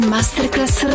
Masterclass